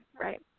Right